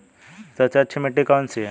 सबसे अच्छी मिट्टी कौन सी है?